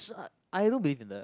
I don't believe in the